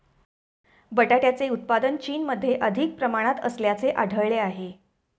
बटाट्याचे उत्पादन चीनमध्ये अधिक प्रमाणात असल्याचे आढळले आहे